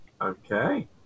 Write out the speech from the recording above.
Okay